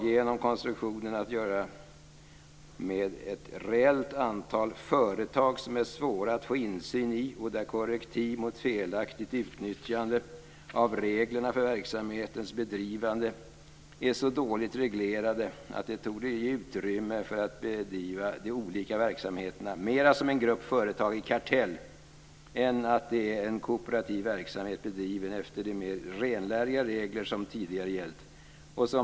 Genom konstruktionen tillkommer ett reellt antal företag som är svåra att få insyn i och där korrektiv mot felaktigt utnyttjande av reglerna för verksamhetens bedrivande är så dåligt reglerade att det torde ges utrymme för att idka de olika verksamheterna mera som en grupp företag i kartell än som en kooperativ verksamhet utövad efter de mera renläriga regler som tidigare gällt.